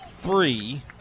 three